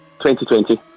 2020